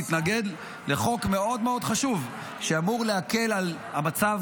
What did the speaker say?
להתנגד לחוק מאוד מאוד חשוב שאמור להקל על המצב